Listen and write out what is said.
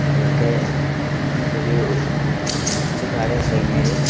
അതൊക്കെ ഒരു കുറച്ച് കാലം കഴിഞ്ഞാൽ